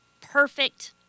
perfect